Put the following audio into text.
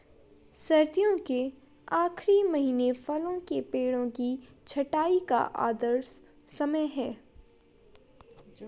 सर्दियों के आखिरी महीने फलों के पेड़ों की छंटाई का आदर्श समय है